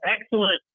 excellent